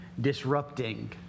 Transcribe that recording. disrupting